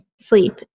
sleep